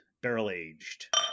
barrel-aged